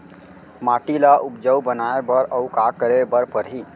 माटी ल उपजाऊ बनाए बर अऊ का करे बर परही?